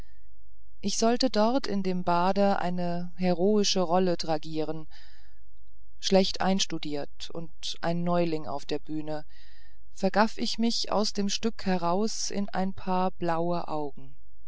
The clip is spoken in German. ich sollte dort in dem bade eine heroische rolle tragieren schlecht einstudiert und ein neuling auf der bühne vergaff ich mich aus dem stücke heraus in ein paar blaue augen